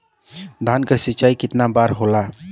धान क सिंचाई कितना बार होला?